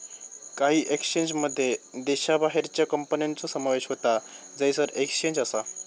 काही एक्सचेंजमध्ये देशाबाहेरच्या कंपन्यांचो समावेश होता जयसर एक्सचेंज असा